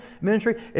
ministry